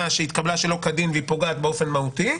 שהתקבלה שלא כדין והיא פוגעת באופן מהותי,